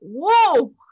whoa